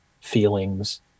feelings